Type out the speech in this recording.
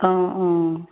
অঁ অঁ